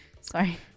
Sorry